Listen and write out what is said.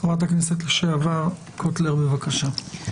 חברת הכנסת לשעבר קוטלר, בבקשה.